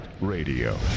Radio